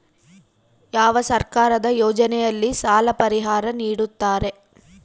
ಯಾವ ಸರ್ಕಾರದ ಯೋಜನೆಯಲ್ಲಿ ಸಾಲ ಪರಿಹಾರ ನೇಡುತ್ತಾರೆ?